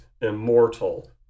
immortal